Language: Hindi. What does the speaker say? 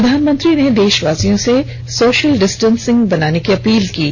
प्रधानमंत्री ने देशवासियों से सोशल डिस्टेंसिंग बनाने की अपील की है